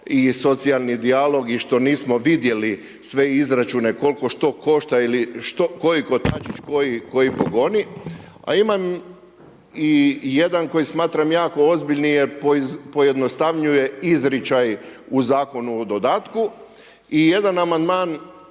i socijalni dijalog, i što nismo vidjeli sve izračune kol'ko što košta ili što, koji kotačić koji pogoni, a imam i jedan koji smatram jako ozbiljni jer pojednostavnjuje izričaj u Zakonu o dodatku, i jedan amandman